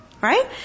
Right